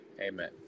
Amen